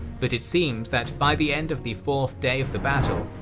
but it seems that by the end of the fourth day of the battle,